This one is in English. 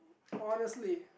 honestly